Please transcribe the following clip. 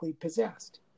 possessed